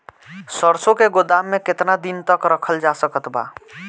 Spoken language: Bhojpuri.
सरसों के गोदाम में केतना दिन तक रखल जा सकत बा?